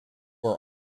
are